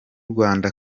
rwanda